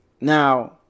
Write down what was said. Now